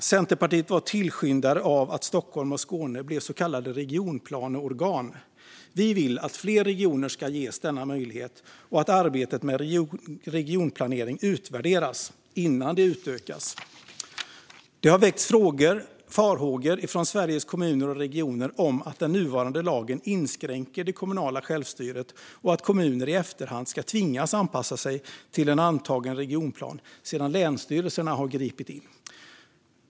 Centerpartiet var tillskyndare av att Stockholm och Skåne blev så kallade regionplaneorgan. Vi vill att fler regioner ska ges denna möjlighet och att arbetet med regionplanering utvärderas innan det utökas. Det har väckts frågor och varit farhågor från Sveriges kommuner och regioner om att den nuvarande lagen inskränker det kommunala självstyret och att kommuner i efterhand ska tvingas anpassa sig till en antagen regionplan sedan länsstyrelserna har gripit in.